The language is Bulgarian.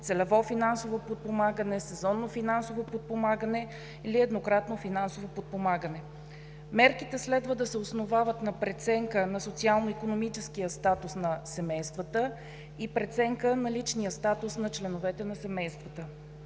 целево финансово подпомагане, сезонно финансово подпомагане и еднократно финансово подпомагане. Мерките следва да се основават на преценка на социално-икономическия статус на семействата и преценка на личния статус на членовете на семействата.